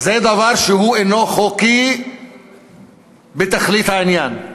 זה דבר שהוא אינו חוקי בתכלית העניין.